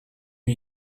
you